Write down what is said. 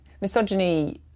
Misogyny